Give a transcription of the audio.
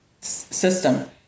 system